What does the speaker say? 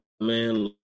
man